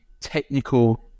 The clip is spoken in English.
technical